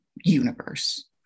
universe